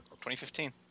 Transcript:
2015